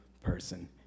person